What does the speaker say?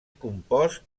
compost